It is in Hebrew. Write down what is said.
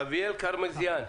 אביאל קרמזיאן,